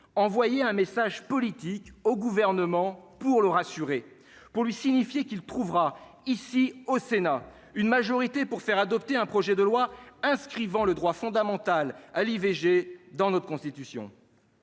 envoyer un message politique au gouvernement pour le rassurer, pour lui signifier qu'il trouvera ici au Sénat une majorité pour faire adopter un projet de loi inscrivant le droit fondamental à l'IVG dans notre Constitution,